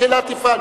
מקהלה תפעל.